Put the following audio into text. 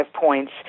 points